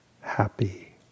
happy